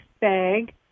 bag